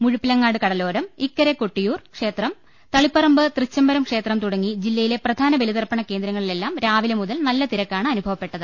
മുഴപ്പിലങ്ങാട് കടലോരം ഇക്കരെ കൊട്ടിയൂർ ക്ഷേത്രം തളിപ്പറമ്പ് തൃച്ചംബരം ക്ഷേത്രം തുടങ്ങി ജില്ലയിലെ പ്രധാന ബലിതർപ്പണ കേന്ദ്രങ്ങളിലെല്ലാം രാവിലെ മുതൽ നല്ല തിരക്കാണ് അനുഭവപ്പെട്ടത്